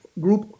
Group